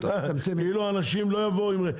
כאילו אנשים לא יבואו עם רכב.